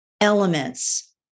elements